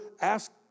Ask